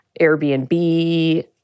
Airbnb